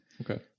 okay